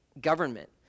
government